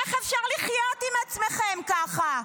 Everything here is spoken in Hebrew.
איך אפשר לחיות עם עצמכם ככה?